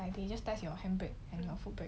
um they just test you your handbrake and your foot brake